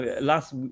Last